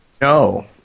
No